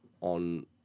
on